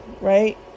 right